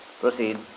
Proceed